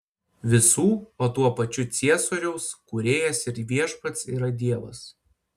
visų o tuo pačiu ciesoriaus kūrėjas ir viešpats yra dievas